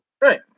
Right